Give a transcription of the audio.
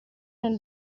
nel